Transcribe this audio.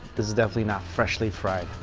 this is definitely not freshly fried,